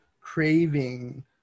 craving